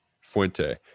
Fuente